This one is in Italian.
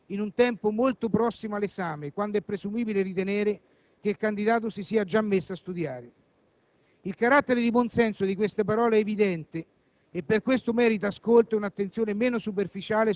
non si possono cambiare le regole ad anno iniziato in un tempo molto prossimo all'esame, quando è presumibile ritenere che il candidato si sia già messo a studiare». Il carattere di buonsenso di queste parole è evidente